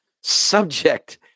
subject